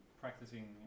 practicing